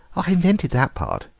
i invented that part,